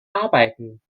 arbeiten